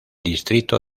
distrito